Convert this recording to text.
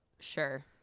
Sure